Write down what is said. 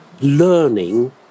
learning